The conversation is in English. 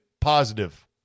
positive